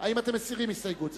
האם אתם מסירים הסתייגות זאת?